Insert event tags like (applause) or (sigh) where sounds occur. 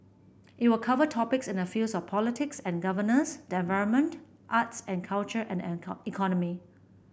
it will cover topics in the fields of politics and governance the environment arts and culture and the (unintelligible) economy